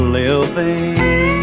living